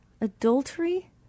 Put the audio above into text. adultery